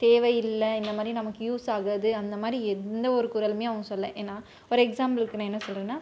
தேவை இல்லை இந்த மாதிரி நமக்கு யூஸ் ஆகாது அந்த மாதிரி எந்த ஒரு குறளுமே அவங்க சொல்லலை ஏன்னால் ஒரு எக்ஸாம்பிளுக்கு நான் என்ன சொல்கிறேனா